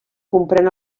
comprèn